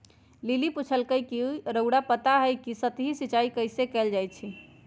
lily पुछलई ह कि रउरा पता हई कि सतही सिंचाई कइसे कैल जाई छई